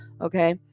okay